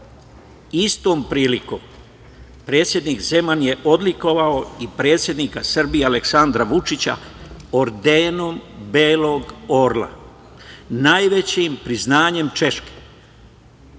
Istom prilikom predsednik Zeman je odlikovao i predsednika Srbije Aleksandra Vučića ordenom belog orla, najvećim priznanjem